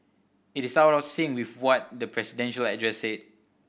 it is out of sync with what the presidential address said